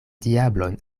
diablon